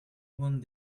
one